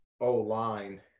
O-line